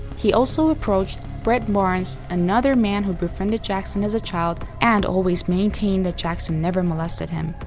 he also approached brett barnes, another man who befriended jackson as a child and always maintained that jackson never molested him.